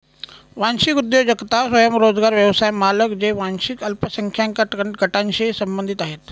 वांशिक उद्योजकता स्वयंरोजगार व्यवसाय मालक जे वांशिक अल्पसंख्याक गटांशी संबंधित आहेत